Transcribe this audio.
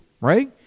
right